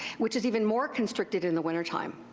which is even more constricted in the wintertime.